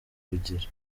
kugira